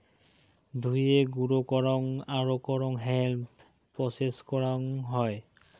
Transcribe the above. ধুয়ে, গুঁড়ো করং আরো করং হেম্প প্রেসেস করং হই